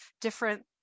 different